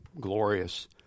glorious